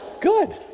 good